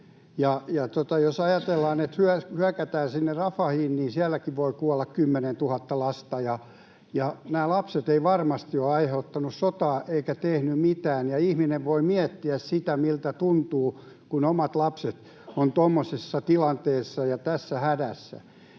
Jos ajatellaan, että hyökätään myös Rafahiin, niin sielläkin voi kuolla 10 000 lasta. Nämä lapset eivät varmasti ole aiheuttaneet sotaa eivätkä tehneet mitään. Ja ihminen voi miettiä sitä, miltä tuntuu, kun omat lapset ovat tuommoisessa tilanteessa ja tässä hädässä.